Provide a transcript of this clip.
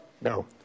No